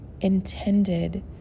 intended